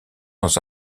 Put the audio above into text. dans